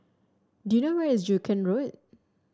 do you know where is Joo Koon Road